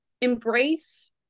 embrace